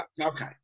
Okay